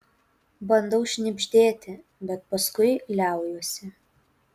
bandau šnibždėti bet paskui liaujuosi